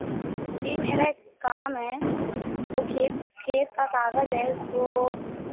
जी मेरा एक काम है वह खेत खेत का काग़ज़ है उसको